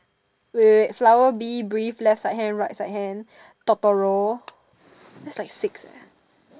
wait wait wait flower Bee Bree left side hand right side hand Totoro that's like six leh